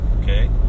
Okay